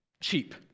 cheap